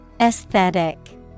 Aesthetic